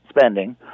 spending